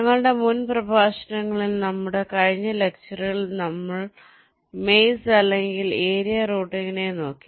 ഞങ്ങളുടെ മുൻ പ്രഭാഷണങ്ങളിൽ നമ്മുടെ കഴിഞ്ഞ ലെക്ച്ചറിൽ നമ്മൾ മെസ് അല്ലെങ്കിൽ ഏരിയ റൂട്ടിങ്ങ്നെ നോക്കി